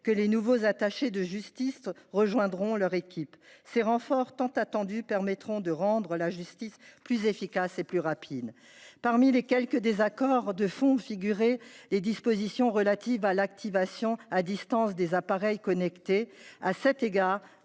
que les nouveaux attachés de justice rejoindront leur équipe. Ces renforts tant attendus permettront de rendre la justice plus efficace et plus rapide. Parmi les quelques désaccords de fond figuraient les dispositions relatives à l’activation à distance des appareils connectés. À cet égard,